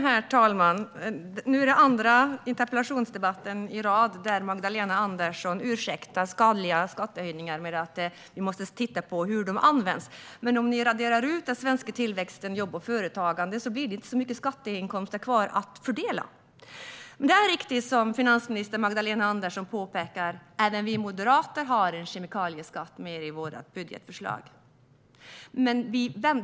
Herr talman! Nu är det den andra interpellationsdebatten i rad där Magdalena Andersson ursäktar skadliga skattehöjningar med att säga att vi måste titta på hur de används. Men om ni raderar ut den svenska tillväxten, jobb och företagande blir det inte så mycket skatteinkomster kvar att fördela. Det är riktigt som finansminister Magdalena Andersson påpekar: Även vi moderater har en kemikalieskatt med i vårt budgetförslag.